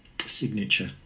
signature